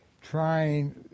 trying